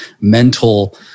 mental